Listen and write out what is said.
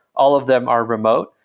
all of them are remote.